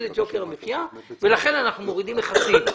את יוקר המחייה ולכן אנחנו מורידים מכסים.